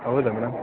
ಹೌದಾ ಮೇಡಮ್